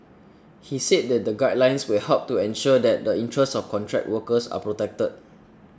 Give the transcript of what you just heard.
he said that the guidelines will help to ensure that the interests of contract workers are protected